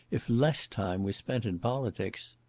if less time was spent in politics.